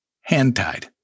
hand-tied